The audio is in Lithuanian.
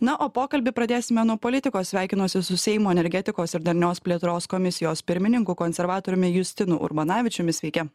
na o pokalbį pradėsime nuo politikos sveikinuosi su seimo energetikos ir darnios plėtros komisijos pirmininku konservatoriumi justinu urbanavičiumi sveiki